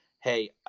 hey